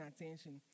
attention